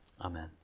Amen